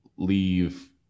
leave